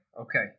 okay